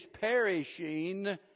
perishing